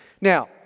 Now